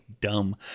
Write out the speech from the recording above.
dumb